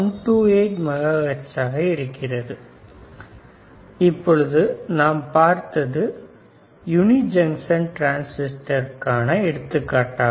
128MHz இப்போது நாம் பார்த்தது யுனி ஜங்ஷன் டிரன்சிஸ்டர்க்கான எடுத்துக்காட்டாகும்